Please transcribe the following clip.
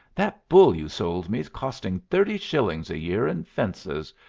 that bull you sold me s costing thirty shillings a year in fences.